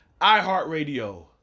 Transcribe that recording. iHeartRadio